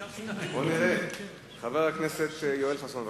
תן לי את הדקה שלו.